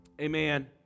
Amen